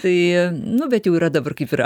tai nu bet jau yra dabar kaip yra